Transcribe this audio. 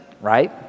right